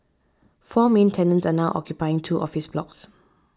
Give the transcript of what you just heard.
four main tenants are now occupying two office blocks